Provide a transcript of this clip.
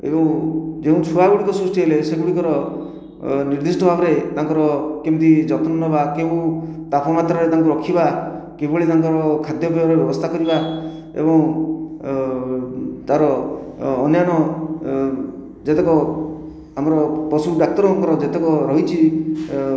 ଏବଂ ଯେଉଁ ଛୁଆଗୁଡିକ ସୃଷ୍ଟି ହେଲେ ସେଗୁଡ଼ିକର ନିର୍ଦ୍ଧିଷ୍ଟ ଭାବରେ ତାଙ୍କର କେମିତି ଯତ୍ନ ନେବା କେଉଁ ତାପମାତ୍ରାରେ ତାଙ୍କୁ ରଖିବା କିଭଳି ତାଙ୍କର ଖାଦ୍ୟ ପେୟର ବ୍ୟବସ୍ଥା କରିବା ଏବଂ ତାର ଅନ୍ୟାନ୍ୟ ଯେତେକ ଆମର ପଶୁ ଡାକ୍ତରଙ୍କର ଯେତେକ ରହିଛି